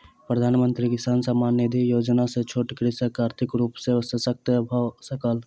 प्रधानमंत्री किसान सम्मान निधि योजना सॅ छोट कृषक आर्थिक रूप सॅ शशक्त भअ सकल